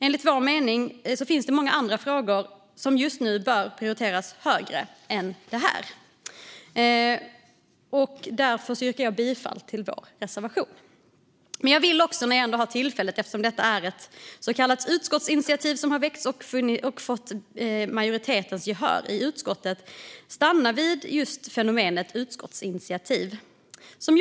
Enligt vår mening finns det många andra frågor som just nu bör prioriteras högre än denna. Därför yrkar jag bifall till vår reservation. Eftersom detta är ett så kallat utskottsinitiativ, som har väckts och fått majoritetens gehör i utskottet, vill jag när jag ändå har tillfälle stanna vid just detta fenomen.